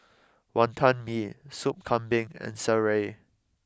Wonton Mee Soup Kambing and Sireh